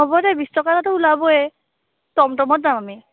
হ'ব দে বিশ টকা এটাটো ওলাবয়েই টমটমত যাম আমি